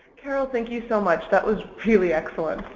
carol, thank you so much. that was really excellent.